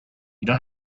you